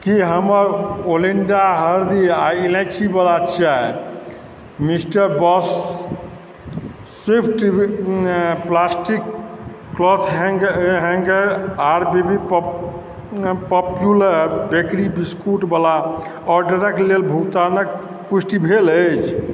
की हमर ओलिंडा हरदि आ इलायची वला चाय Mister Boss Swift plastic cloth hanger R B B popular bakery biscuit वला ऑर्डर क लेल भुगतानक पुष्टि भेल अछि